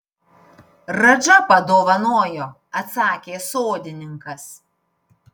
radža padovanojo atsakė sodininkas